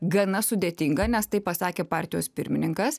gana sudėtinga nes tai pasakė partijos pirmininkas